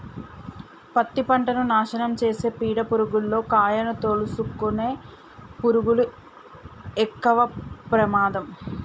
పత్తి పంటను నాశనం చేసే పీడ పురుగుల్లో కాయను తోలుసుకునే పురుగులు ఎక్కవ ప్రమాదం